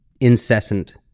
incessant